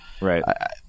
Right